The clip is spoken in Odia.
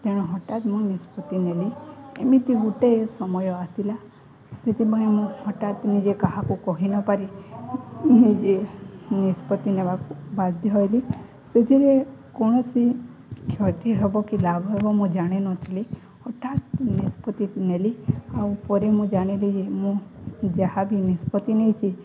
ତେଣୁ ହଠାତ୍ ମୁଁ ନିଷ୍ପତ୍ତି ନେଲି ଏମିତି ଗୋଟେ ସମୟ ଆସିଲା ସେଥିପାଇଁ ମୁଁ ହଠତ୍ ନିଜେ କାହାକୁ କହି ନପାରେ ନିଜେ ନିଷ୍ପତ୍ତି ନେବାକୁ ବାଧ୍ୟ ହେଲି ସେଥିରେ କୌଣସି କ୍ଷତି ହେବ କି ଲାଭ ହେବ ମୁଁ ଜାଣିନଥିଲି ହଠାତ୍ ନିଷ୍ପତ୍ତି ନେଲି ଆଉ ପରେ ମୁଁ ଜାଣିଲି ଯେ ମୁଁ ଯାହା ବିି ନିଷ୍ପତ୍ତି ନେଇଛି